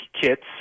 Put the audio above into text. kits